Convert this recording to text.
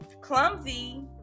clumsy